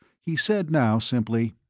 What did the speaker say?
he said now, simply,